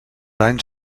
anys